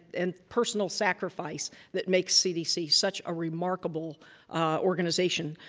and personal sacrifice that makes cdc such a remarkable organization.